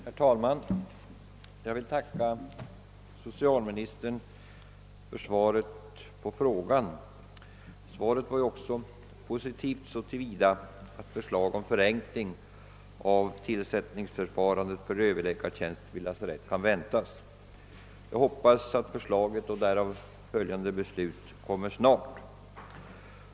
Herr talman! Jag vill tacka socialministern för svaret på min fråga. Svaret var också positivt så till vida att besked lämnades om att förslag om förenkling av tillsättningsförfarandet beträffande Ööverläkartjänst vid lasarett kan väntas. Jag hoppas att detta förslag och därav följande beslut snart kommer till stånd.